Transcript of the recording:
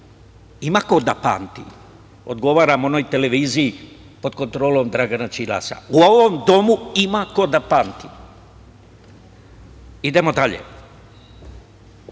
Ima ko da pamti. Odgovaram onoj televiziji pod kontrolom Dragana Đilasa, u ovom Domu ima ko da pamti. Idemo dalje,